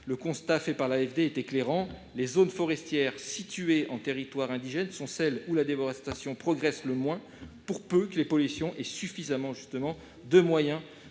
Le constat fait par l'AFD est éclairant :« Les zones forestières situées en territoires indigènes sont celles où la déforestation progresse le moins ... pour peu que les populations aient suffisamment de moyens